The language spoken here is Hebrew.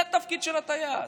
זה התפקיד של הטייס.